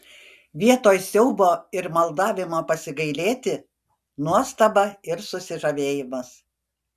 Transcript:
vietoj siaubo ir maldavimo pasigailėti nuostaba ir susižavėjimas